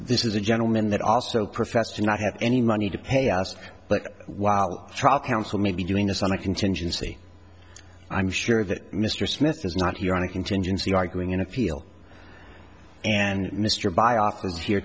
this is a gentleman that also professed to not have any money to pay asked but while trial counsel may be doing this on a contingency i'm sure that mr smith is not here on a contingency arguing in a field and mr buy office here